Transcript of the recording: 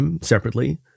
Separately